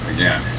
Again